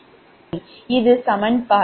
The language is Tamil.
இது சமன்பாடு2 3 மற்றும் 4